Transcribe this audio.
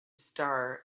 star